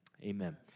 amen